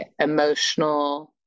emotional